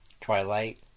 twilight